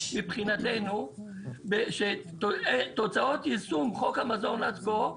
מבחינתנו שתוצאות יישום חוק המזון עד כה,